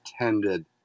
attended